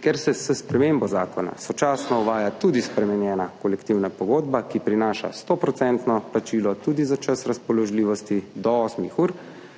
Ker se s spremembo zakona sočasno uvaja tudi spremenjena kolektivna pogodba, ki prinaša 100-odstotno plačilo tudi za čas razpoložljivosti do osmih ur,